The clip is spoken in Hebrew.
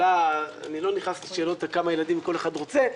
אני לא נכנס לשאלות כמה ילדים כל אחד רוצה,